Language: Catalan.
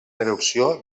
erupció